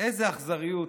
איזה אכזריות.